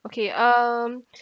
okay um